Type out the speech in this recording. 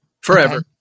forever